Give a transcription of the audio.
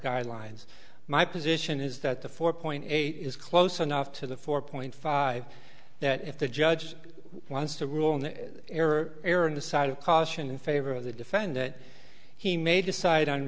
guidelines my position is that the four point eight is close enough to the four point five that if the judge wants to rule on the error err on the side of caution in favor of the defend that he may decide on